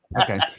Okay